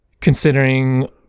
considering